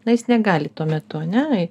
na jis negali tuo metu ane